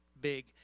big